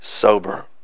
sober